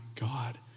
God